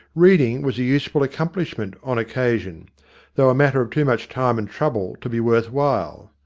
read ing was a useful accomplishment on occasion though a matter of too much time and trouble to be worth while.